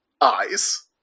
eyes